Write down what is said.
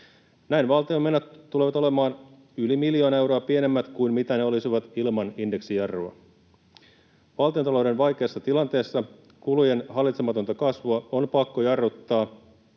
Näin valtion menot tulevat olemaan yli miljoona euroa pienemmät kuin mitä ne olisivat ilman indeksijarrua. Valtiontalouden vaikeassa tilanteessa kulujen hallitsematonta kasvua on pakko jarruttaa,